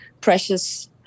precious